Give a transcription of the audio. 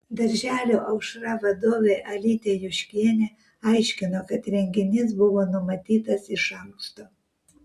darželio aušra vadovė alytė juškienė aiškino kad renginys buvo numatytas iš anksto